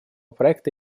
проекта